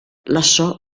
lasciò